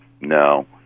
No